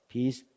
Peace